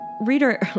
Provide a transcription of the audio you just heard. reader